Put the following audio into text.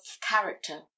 character